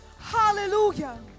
Hallelujah